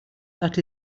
that